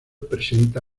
presenta